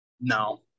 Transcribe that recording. no